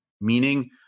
meaning